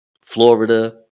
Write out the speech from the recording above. Florida